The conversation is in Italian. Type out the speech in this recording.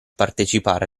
partecipare